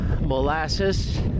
molasses